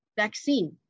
vaccine